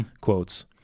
quotes